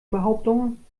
behauptungen